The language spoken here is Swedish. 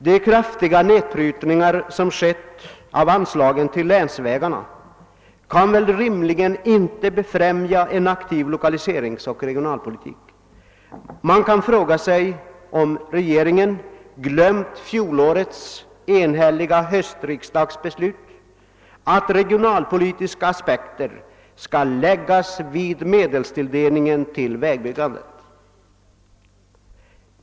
De kraftiga nedprutningarna av anslagen till länsvägarna kan rimligen inte befrämja en aktiv lokaliseringsoch regionalpolitik. Man kan fråga sig, om regeringen glömt det enhälliga beslutet under fjolårets höstriksdag, att regionalpolitiska aspekter skall läggas på medelstilldelningen för vägbyggandet.